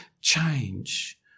change